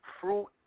Fruit